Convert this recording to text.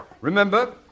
Remember